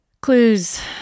Clues